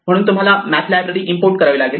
म्हणून तुम्हाला math library import करावी लागेल